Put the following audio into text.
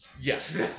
Yes